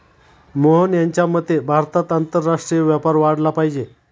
मोहन यांच्या मते भारतात आंतरराष्ट्रीय व्यापार वाढला पाहिजे